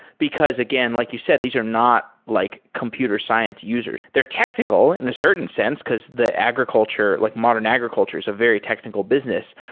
because again, like you said, these are not like computer science user. they're technical in a certain sense, because the agriculture, like modern agriculture, is a very technical business,